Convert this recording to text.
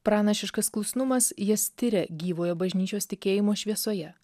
pranašiškas klusnumas jas tiria gyvojo bažnyčios tikėjimo šviesoje